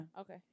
Okay